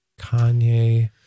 Kanye